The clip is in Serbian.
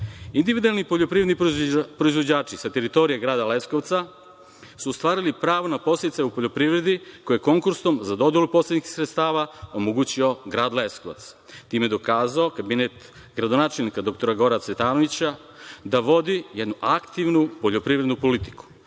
proizvodnju. Individualni poljoprivredni proizvođači sa teritorije grada Leskovca su ostvarili pravo na podsticaj u poljoprivedi koja je konkursom za dodelu posebnih sredstava omogućio grad Leskovac. Time je dokazao kabinet gradonačelnika dr Gorana Cvetanovića da vodi jednu aktivnu poljoprivrednu politiku.